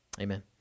amen